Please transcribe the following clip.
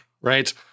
right